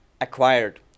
acquired